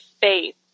faith